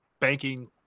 banking